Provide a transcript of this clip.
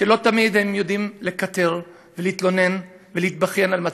שלא תמיד הם יודעים לקטר ולהתלונן ולהתבכיין על מצבם.